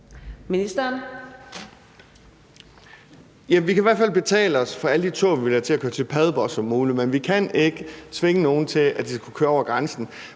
Vi kan i hvert fald betale os fra alle de tog, vi vil have til at køre til Padborg, men vi kan ikke tvinge nogen af dem til, at de skal køre over grænsen.